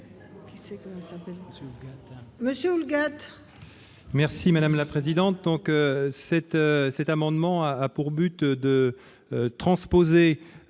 Merci, madame la présidente.